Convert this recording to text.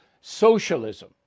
socialism